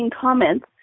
comments